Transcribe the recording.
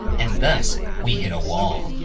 and thus, we hit a wall.